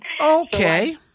Okay